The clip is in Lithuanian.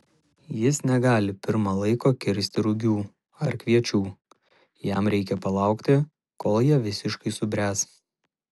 jis negali pirma laiko kirsti rugių ar kviečių jam reikia palaukti kol jie visiškai subręs